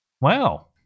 Wow